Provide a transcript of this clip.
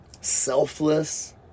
selfless